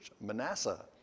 Manasseh